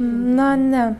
na ne